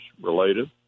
related